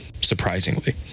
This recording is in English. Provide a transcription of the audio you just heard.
surprisingly